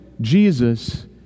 Jesus